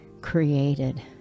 created